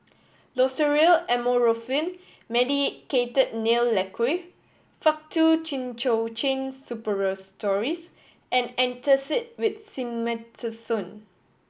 Loceryl Amorolfine Medicated Nail Lacquer Faktu Cinchocaine Suppositories and Antacid with Simethicone